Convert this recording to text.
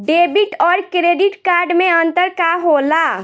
Debit और credit card मे अंतर का होला?